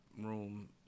room